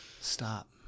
stop